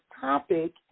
topic